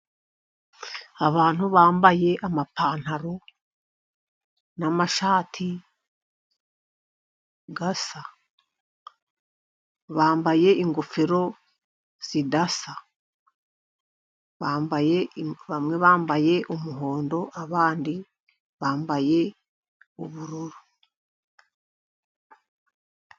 Abantu bambaye amapantaro namashati asa, bambaye ingofero zidasa, bambaye bamwe bambaye umuhondo abandi bambaye ubururu.